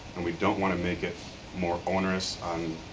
and we don't want to make it more onerous on